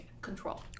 control